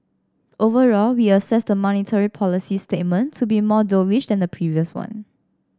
overall we assess the monetary policy statement to be more dovish than the previous one